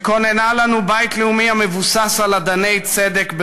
שכוננה לנו בית לאומי המבוסס על אדני צדק,